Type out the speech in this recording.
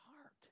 heart